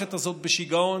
המערכת הזאת בשיגעון,